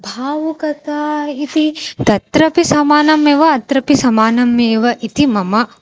भावुकता इति तत्रापि समानमेव अत्रापि समानमेव इति मम